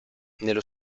nello